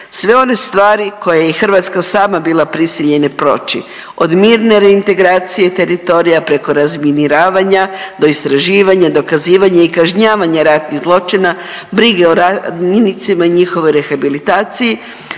Sve one stvari koje je i Hrvatska sama bila prisiljena proći, od mirne reintegracije teritorija preko razminiravanja do istraživanja, dokazivanja i kažnjavanja ratnih zločina, brige o radnicima i njihovoj rehabilitaciji,